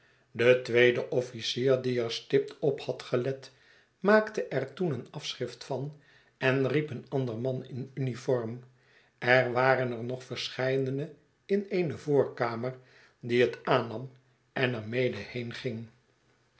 de tweede officier die er stipt op had gelet maakte er toen een afschrift van en riep een ander man in uniform er waren er nog verscheidene in eene voorkamer die het aannam en er mede